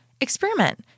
experiment